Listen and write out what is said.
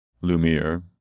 Lumiere